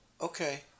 okay